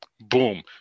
Boom